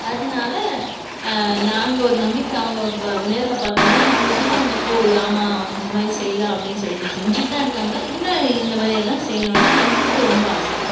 அதனால நாங்கள் ஒரு நம்பிக்கை அவங்க நேரில் பார்த்தம்போது நாங்கள் சொன்னால் அவங்க ஓ இது ஆமாம் இந்த மாதிரி செய்யலாம் அப்படின் சொல்லிவிட்டு செஞ்சிட்டுதான் இருக்காங்க இன்னும் இந்த மாதிரியெல்லாம் செய்யணுனு எங்களுக்கு ரொம்ப ஆசை